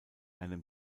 einem